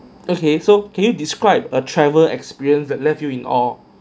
okay so can you describe a travel experience that left you in awe